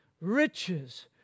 riches